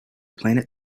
planet